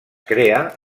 crea